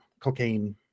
cocaine